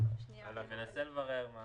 מנסה לברר.